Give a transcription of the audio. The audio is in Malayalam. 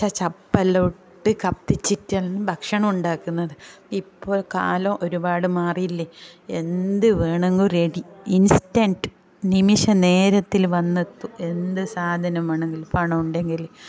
പച്ച ചപ്പെല്ലാം ഇട്ട് കത്തിച്ചിട്ടാണ് ഭക്ഷണമുണ്ടാക്കുന്നത് ഇപ്പോൾ കാലം ഒരുപാട് മാറിയില്ലേ എന്ത് വേണമെങ്കിലും റെഡി ഇൻസ്റ്റൻറ്റ് നിമിഷ നേരത്തിൽ വന്നെത്തും എന്ത് സാധനം വേണമെങ്കിലും പണം ഉണ്ടെങ്കിൽ